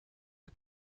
for